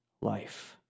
life